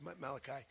Malachi